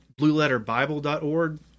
blueletterbible.org